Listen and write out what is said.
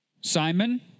Simon